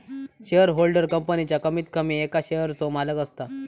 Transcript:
shareholder कंपनीच्या कमीत कमी एका शेयरचो मालक असता